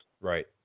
Right